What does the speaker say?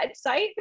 site